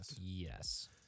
yes